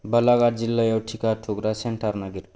बालाघात जिल्लायाव टिका थुग्रा सेन्टार नागिर